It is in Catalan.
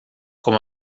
com